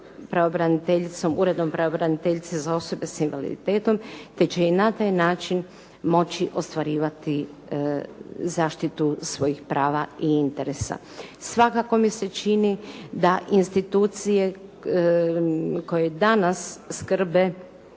pravobraniteljicom, Uredom pravobraniteljice za osobe sa invaliditetom, te će i na taj način moći ostvarivati zaštitu svojih prava i interesa. Svakako mi se čini da institucije koje danas skrbe